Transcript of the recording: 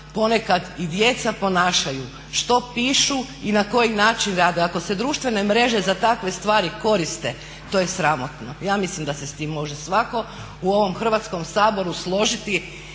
ponekad i djeca ponašaju, što pišu i na koji način rade. Ako se društvene mreže za takve stvari koriste to je sramotno, ja mislim da se s time može svatko u ovom Hrvatskom saboru složiti